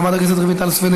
חברת הכנסת רויטל סויד,